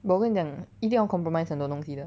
but 我跟你讲一定要 compromised 很多东西的